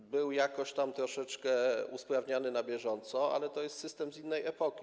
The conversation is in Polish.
On był jakoś tam, troszeczkę usprawniany na bieżąco, ale to jest system z innej epoki.